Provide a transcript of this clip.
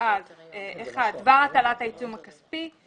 דבר הטלת העיצום הכספי.